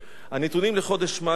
הנתונים לחודש מאי,